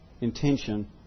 intention